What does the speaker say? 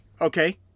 okay